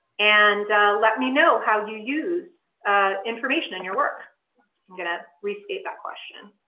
and let me know how you use information in your work i'm going to restate that question